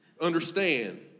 understand